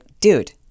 dude